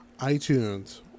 itunes